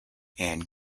and